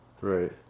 Right